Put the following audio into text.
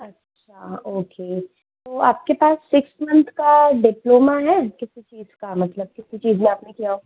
अच्छा ओके तो आपके पास सिक्स मंथ का डिप्लोमा है किसी चीज का मतलब किसी चीज जो आपने किया हो